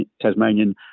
Tasmanian